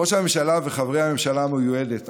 ראש הממשלה וחברי הממשלה המיועדת,